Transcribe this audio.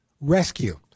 rescue